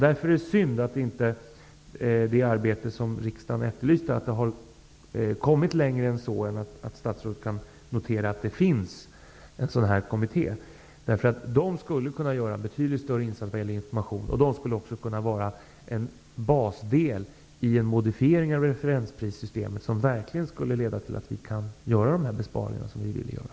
Därför är det synd att det arbete som riksdagen efterlyste inte har kommit längre än att statsrådet noterar att det finns en sådan här kommitté. De skulle kunna göra betydligt större insatser vad gäller information och skulle också kunna vara en basdel vid en modifiering av referensprissystemet, som verkligen skulle leda till att vi kunde göra de besparingar som vi vill göra.